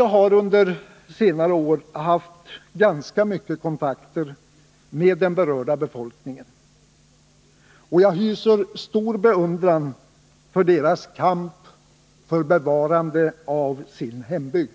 Jag har under senare år haft ganska mycket kontakter med den berörda befolkningen, och jag hyser stor beundran för deras kamp för bevarandet av sin hembygd.